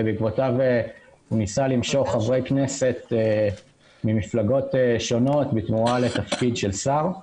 ובעקבותיו הוא ניסה למשוך חברי כנסת ממפלגות שונות בתמורה לתפקיד של שר.